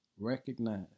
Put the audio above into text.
recognize